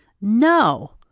No